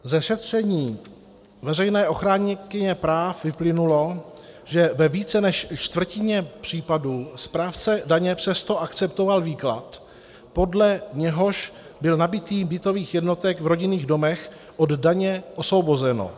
Ze šetření veřejné ochránkyně práv vyplynulo, že ve více než čtvrtině případů správce daně přesto akceptoval výklad, podle něhož bylo nabytí bytových jednotek v rodinných domech od daně osvobozeno.